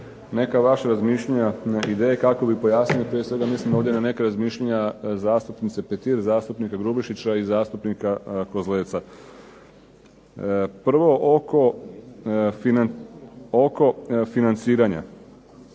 neka vaša razmišljanja i ideje kako bi pojasnio, prije svega mislim ovdje na neka razmišljanja zastupnice Petir, zastupnika Grubišića i zastupnika Kozlevca. Prvo oko financiranja.